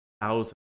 thousands